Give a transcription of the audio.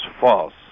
false